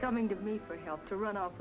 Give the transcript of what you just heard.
coming to me for help to run off